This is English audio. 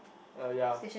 uh ya